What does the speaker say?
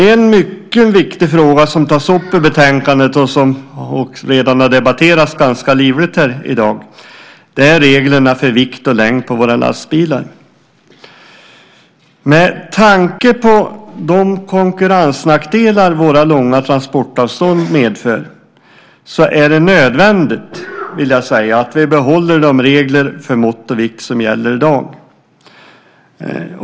En mycket viktig fråga som tas upp i betänkandet och som redan har debatterats ganska livligt här i dag är reglerna för vikt och längd på våra lastbilar. Med tanke på de konkurrensnackdelar våra långa transportavstånd medför så är det nödvändigt, vill jag säga, att vi behåller de regler för mått och vikt som gäller i dag.